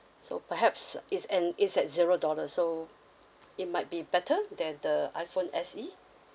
so perhaps it's and it's at zero dollars so it might be better than the iphone S E